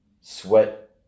sweat